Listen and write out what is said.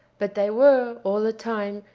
but they were, all the time,